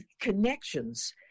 connections